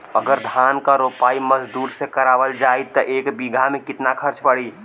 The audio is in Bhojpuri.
अगर धान क रोपाई मजदूर से करावल जाई त एक बिघा में कितना खर्च पड़ी?